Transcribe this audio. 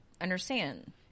understand